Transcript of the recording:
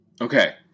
Okay